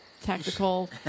tactical